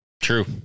true